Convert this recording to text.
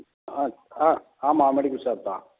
ஆ ஆ ஆமாம் medical shop தான்